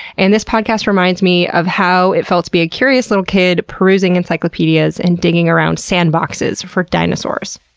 and this podcast reminds me of how it felt to be a curious little kid perusing encyclopedias and digging around sandboxes for dinosaurs.